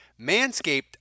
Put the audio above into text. Manscaped